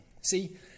See